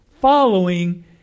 following